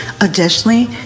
Additionally